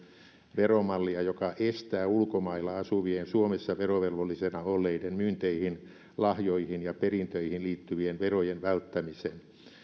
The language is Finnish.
veromallia joka estää ulkomailla asuvien suomessa verovelvollisina olleiden myynteihin lahjoihin ja perintöihin liittyvien verojen välttämisen